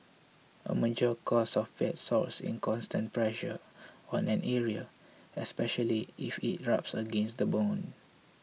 a major cause of bed sores is constant pressure on an area especially if it rubs against the bone